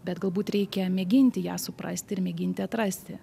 bet galbūt reikia mėginti ją suprasti ir mėginti atrasti